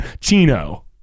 chino